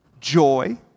joy